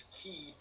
key